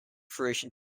fruition